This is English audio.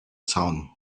sound